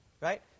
Right